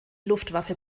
luftwaffe